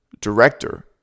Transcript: director